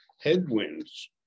headwinds